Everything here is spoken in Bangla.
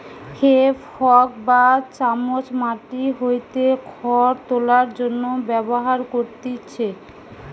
হে ফর্ক বা চামচ মাটি হইতে খড় তোলার জন্য ব্যবহার করতিছে